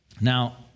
Now